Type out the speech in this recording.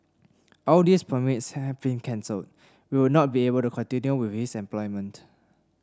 all these permits have been cancelled we would not be able to continue with his employment